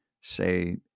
say